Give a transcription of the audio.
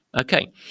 Okay